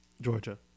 Georgia